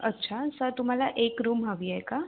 अच्छा सर तुम्हाला एक रूम हवी आहे का